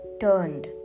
turned